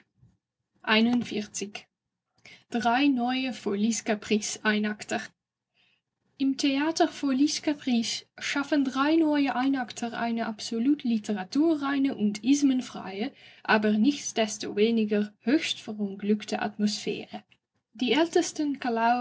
drei neue folies-caprice-einakter im theater folies-caprice schaffen drei neue einakter eine absolut literaturreine und ismenfreie aber nichtsdestoweniger höchst verunglückte atmosphäre die ältesten